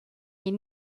est